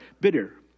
bitter